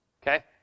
Okay